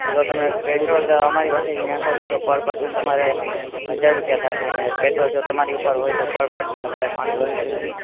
જો તમે પેટ્રોલ અમારી પાસેથી નખવહો તો પર પર્સન તમારે હજાર રૂપિયા થશે અને પેટ્રોલ જો તમારી ઉપર હોય તો પર પર્સન તમારે પાનસો રૂપિયા થશે